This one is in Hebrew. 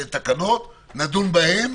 בשבוע הבא יהיו תקנות, נדון בהן,